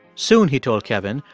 soon, he told kevin,